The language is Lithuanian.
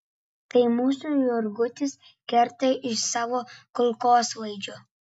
tai mūsų jurgutis kerta iš savo kulkosvaidžio